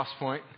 Crosspoint